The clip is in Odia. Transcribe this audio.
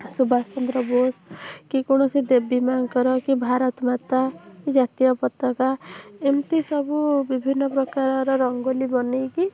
ସୁବାଷ ଚନ୍ଦ୍ର ବୋଷ କି କୌଣସି ଦେବୀ ମାଁ'ଙ୍କର କି ଭାରତ ମାତା କି ଜାତୀୟ ପତକା ଏମିତି ସବୁ ବିଭିନ୍ନ ପ୍ରକାରର ରଙ୍ଗୋଲି ବନେଇକି